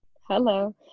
Hello